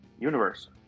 Universe